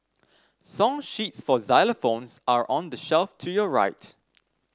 song sheets for xylophones are on the shelf to your right